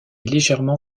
légèrement